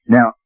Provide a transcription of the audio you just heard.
Now